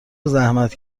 زحمت